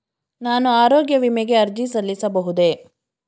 ನಾನು ಆರೋಗ್ಯ ವಿಮೆಗೆ ಅರ್ಜಿ ಸಲ್ಲಿಸಬಹುದೇ?